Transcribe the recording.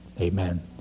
Amen